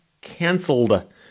cancelled